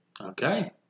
okay